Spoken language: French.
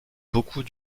beaucoup